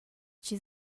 chi